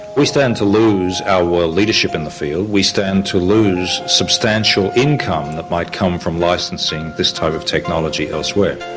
we stand to lose our world leadership in the field, we stand to lose substantial income that might come from licensing this type of technology elsewhere.